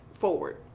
forward